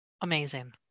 Amazing